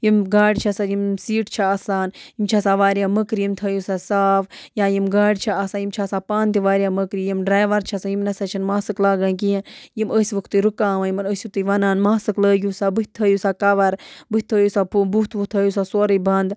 یِم گاڑِ چھِ آسان یِم سیٖٹ چھِ آسان یِم چھِ آسان وارِیاہ مٔکرِ یِم تھٲیِو سا صاف یا یِم گاڑِ چھِ آسان یِم چھِ آسان پانہٕ تہِ وارِیاہ مٔکرِ یِم ڈرٛایوَر چھِ آسان یِم نَسا چھِنہٕ ماسٕک لاگان کِہیٖنۍ یِم ٲسۍ وٕکھ تُہۍ رُکاوان یِمَن ٲسِو تُہۍ وَنان ماسٕک لٲگِو سا بٕتھِ تھٲیِو سا کَوَر بٕتھِ تھٲیِو سا بُتھ وُتھ تھٲیِو سا سورُے بنٛد